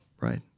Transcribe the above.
Right